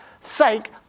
sake